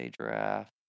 draft